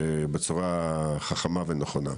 בצורה חכמה ונכונה.